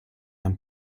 ein